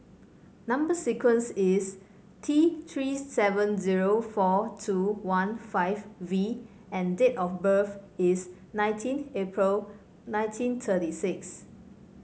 number sequence is T Three seven zero four two one five V and date of birth is nineteen April nineteen thirty six